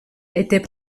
était